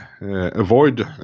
avoid